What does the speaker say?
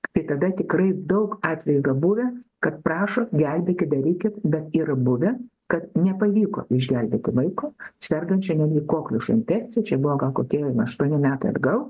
tai kada tikrai daug atvejų yra buvę kad prašo gelbėkit darykit bet yra buvę kad nepavyko išgelbėti vaiko sergančio netgi kokliušo infekcija čia buvo gal kokie aštuoni metai atgal